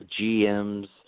GMs